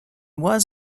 was